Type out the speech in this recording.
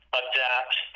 adapt